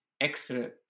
extra